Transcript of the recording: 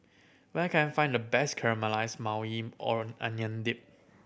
where can I find the best Caramelized Maui Ong Onion Dip